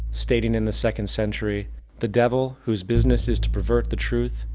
stating in the second century the devil, whose business is to pervert the truth,